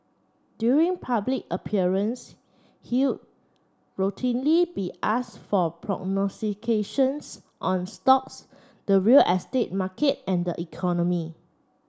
during public appearance he'll routinely be ask for prognostications on stocks the real estate market and the economy